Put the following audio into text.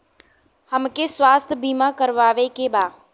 हमके स्वास्थ्य बीमा करावे के बा?